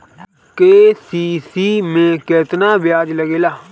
KCC में केतना ब्याज लगेला?